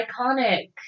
iconic